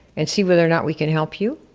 and see whether or not we can help you,